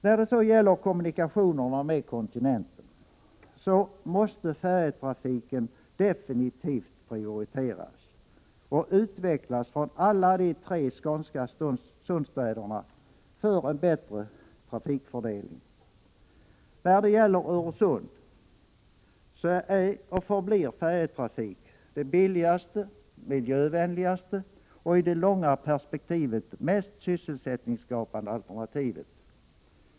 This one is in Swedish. När det gäller kommunikationerna med kontinenten måste färjetrafiken absolut prioriteras och utvecklas från alla de tre skånska sundstäderna för en bättre trafikfördelning. För Öresund är och förblir färjetrafik det billigaste, miljövänligaste och i det långa perspektivet mest sysselsättningsskapande alternativet.